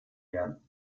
werden